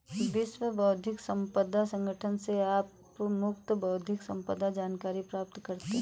विश्व बौद्धिक संपदा संगठन से आप मुफ्त बौद्धिक संपदा जानकारी प्राप्त करते हैं